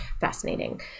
fascinating